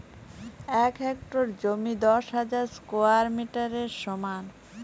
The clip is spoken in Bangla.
এক হেক্টর জমি দশ হাজার স্কোয়ার মিটারের সমান